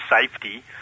safety